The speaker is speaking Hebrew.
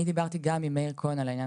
אני דיברתי גם עם מאיר כהן על העניין